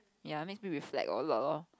ya makes me reflect a lot loh